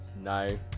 No